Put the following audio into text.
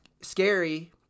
scary